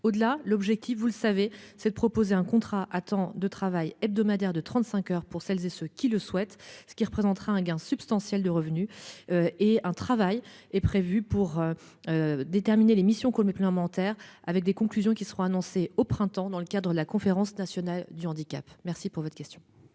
au-delà. L'objectif, vous le savez, c'est de proposer un contrat à temps de travail hebdomadaire de 35 heures pour celles et ceux qui le souhaitent, ce qui représentera un gain substantiel de revenus. Et un travail est prévue pour. Déterminer les missions qu'on mette l'inventaire avec des conclusions qui seront annoncées au printemps dans le cadre de la conférence nationale du handicap. Merci pour votre question.